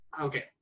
okay